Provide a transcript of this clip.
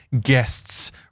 guests